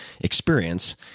experience